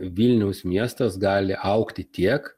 vilniaus miestas gali augti tiek